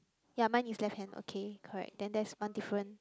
ya mine is left hand okay correct then that's one difference